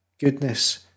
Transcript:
goodness